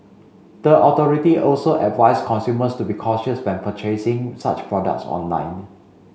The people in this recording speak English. the authority also advised consumers to be cautious when purchasing such products online